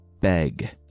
Beg